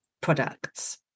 products